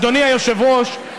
אדוני היושב-ראש,